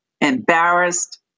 embarrassed